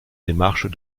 démarches